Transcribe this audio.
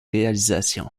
réalisation